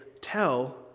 tell